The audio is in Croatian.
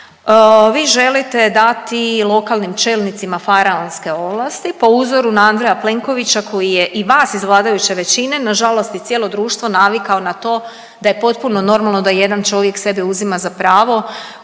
vi želite dati lokalnim čelnicima faraonske ovlasti po uzoru na Andreja Plenkovića koji je i vas iz vladajuće većine, nažalost i cijelo društvo navikao na to da je potpuno normalno da jedan čovjek sebe uzima za pravo